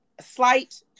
Slight